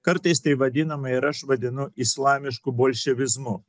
kartais tai vadinama ir aš vadinu islamišku bolševizmu